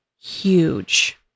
huge